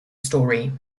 story